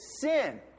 sin